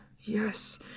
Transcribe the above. Yes